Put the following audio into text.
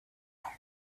manga